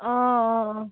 অঁ অঁ অঁ